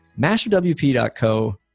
MasterWP.co